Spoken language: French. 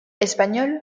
espagnol